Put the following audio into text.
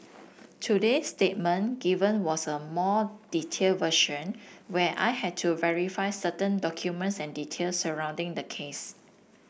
today's statement given was a more detailed version where I had to verify certain documents and details surrounding the case